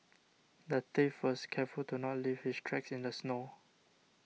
the thief was careful to not leave his tracks in the snow